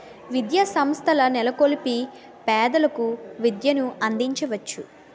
విద్యాసంస్థల నెలకొల్పి పేదలకు విద్యను అందించవచ్చు